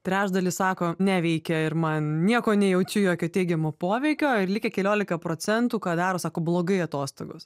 trečdalis sako neveikia ir man nieko nejaučiu jokio teigiamo poveikio ir likę keliolika procentų ką daro sako blogai atostogos